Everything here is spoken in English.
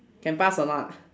can pass or not